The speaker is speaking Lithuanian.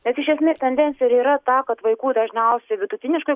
bet iš esmės tendencija yra ta kad vaikų dažniausiai vidutiniškai